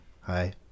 Hi